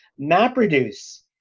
MapReduce